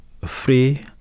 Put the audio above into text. free